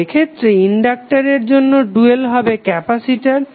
তো এক্ষেত্রে ইনডাক্টারের জন্য ডুয়াল হবে ক্যাপাসিটর